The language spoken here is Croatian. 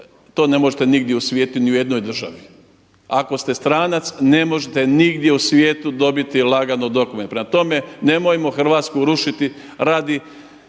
to ne možete nigdje u svijetu ni u jednoj državi. Ako ste stranac ne možete nigdje u svijetu dobiti lagano dokumente. Prema tome, nemojmo Hrvatsku rušiti radi